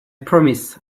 promise